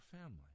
family